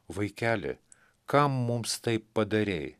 vaikeli kam mums taip padarei